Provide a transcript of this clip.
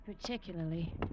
particularly